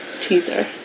teaser